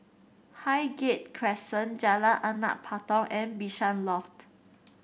Highgate Crescent Jalan Anak Patong and Bishan Loft